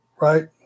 right